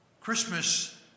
Christmas